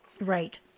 Right